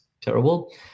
terrible